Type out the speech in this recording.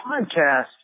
podcast